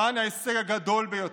כאן ההישג הגדול ביותר,